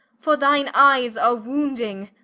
for thine eyes are wounding